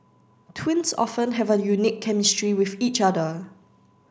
twins often have a unique chemistry with each other